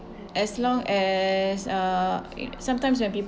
as long as uh you kn~ sometimes when people